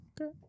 okay